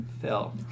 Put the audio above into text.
Phil